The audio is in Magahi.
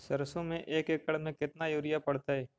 सरसों में एक एकड़ मे केतना युरिया पड़तै?